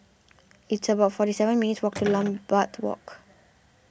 it's about forty seven minutes' walk to Lambeth Walk